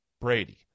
Brady